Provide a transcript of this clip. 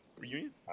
reunion